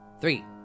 Three